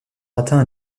atteint